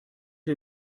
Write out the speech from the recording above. ihr